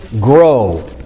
grow